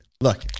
Look